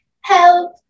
help